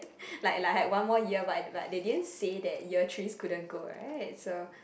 like like I had one more year but but they didn't say that year threes couldn't go [right] so